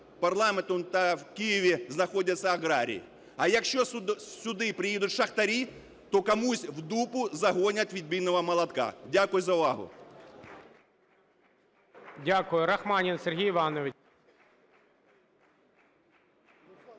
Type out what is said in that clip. парламентом та в Києві знаходяться аграрії. А якщо сюди приїдуть шахтарі, то комусь в дупу загонять відбійного молотка. Дякую за увагу.